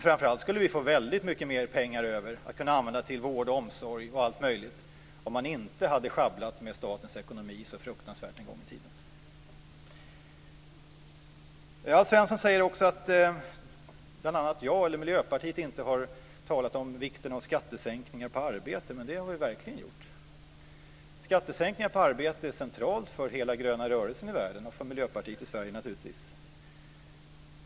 Framför allt skulle vi ha fått väldigt mycket mer pengar över att kunna använda till vård, omsorg och allt möjligt annat, om man inte en gång i tiden hade sjabblat så fruktansvärt med statens ekonomi. Alf Svensson säger också att Miljöpartiet inte har talat om vikten av sänkningar av skatten på arbete, men det har vi verkligen gjort. Sådana skattesänkningar är centrala för hela den gröna rörelsen i världen och naturligtvis även för Miljöpartiet i Sverige.